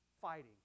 Fighting